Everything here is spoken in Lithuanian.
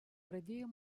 pradėjo